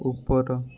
ଉପର